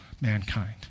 mankind